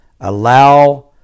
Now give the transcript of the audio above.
Allow